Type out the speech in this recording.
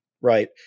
right